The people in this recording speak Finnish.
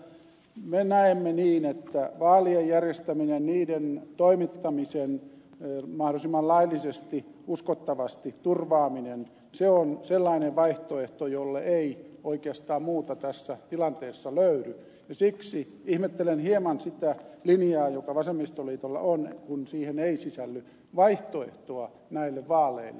kyllä me näemme niin että vaalien järjestäminen niiden toimittaminen mahdollisimman laillisesti uskottavasti niiden turvaaminen on sellainen asia jolle ei oikeastaan muuta vaihtoehtoa tässä tilanteessa löydy ja siksi ihmettelen hieman sitä linjaa joka vasemmistoliitolla on kun siihen ei sisälly vaihtoehtoa näille vaaleille